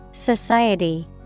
Society